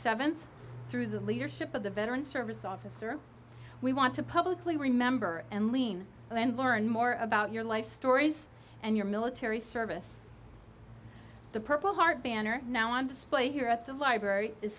seventh through the leadership of the veteran service officer we want to publicly remember and lean and learn more about your life stories and your military service the purple heart banner now on display here at the library is